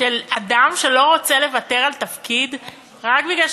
של אדם שלא רוצה לוותר על תפקיד רק משום